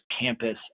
campus